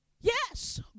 Yes